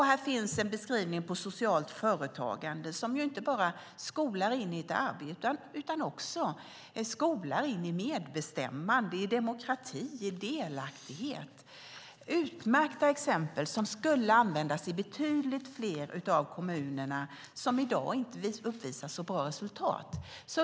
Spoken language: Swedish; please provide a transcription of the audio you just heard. Här finns också en beskrivning av socialt företagande, som inte bara skolar in i ett arbete utan också skolar in i medbestämmande, demokrati och delaktighet. Det är utmärkta exempel som skulle kunna användas i betydligt fler av kommunerna, som i dag inte uppvisar så bra resultat.